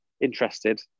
interested